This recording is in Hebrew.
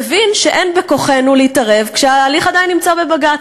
מבין שאין בכוחנו להתערב כשההליך עדיין נמצא בבג"ץ.